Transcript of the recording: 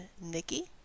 Nikki